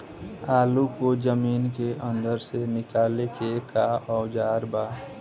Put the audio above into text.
आलू को जमीन के अंदर से निकाले के का औजार बा?